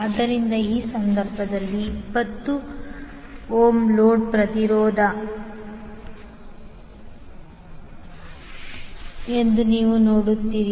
ಆದ್ದರಿಂದ ಈ ಸಂದರ್ಭದಲ್ಲಿ 20 ಓಮ್ ಲೋಡ್ ಪ್ರತಿರೋಧ ಎಂದು ನೀವು ನೋಡುತ್ತೀರಿ